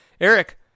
Eric